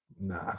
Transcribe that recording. Nah